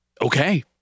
Okay